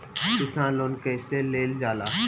किसान लोन कईसे लेल जाला?